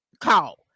call